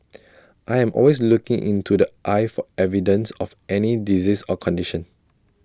I am always looking into the eye for evidence of any disease or condition